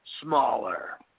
smaller